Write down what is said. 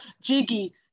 Jiggy